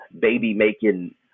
baby-making